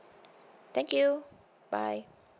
thank you bye